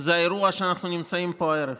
זה האירוע שאנחנו נמצאים בו הערב,